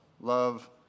Love